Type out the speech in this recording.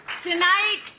tonight